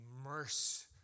immerse